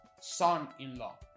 Son-in-law